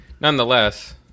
nonetheless